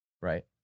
Right